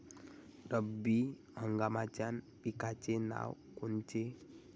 रब्बी हंगामाच्या पिकाचे नावं कोनचे?